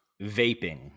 Vaping